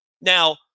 Now